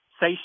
Say